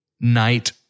night